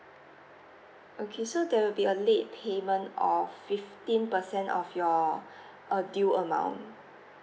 okay so there will be a late payment of fifteen percent of your err due amount